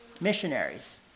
missionaries